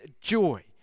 joy